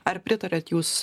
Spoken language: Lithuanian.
ar pritariat jūs